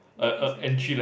I think it's okay